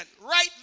right